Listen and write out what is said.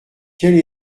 quelle